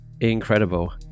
incredible